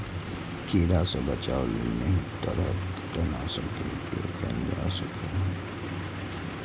कीड़ा सं बचाव लेल विभिन्न तरहक कीटनाशक के उपयोग कैल जा सकैए